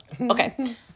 Okay